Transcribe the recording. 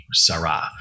sarah